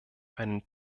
einen